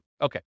Okay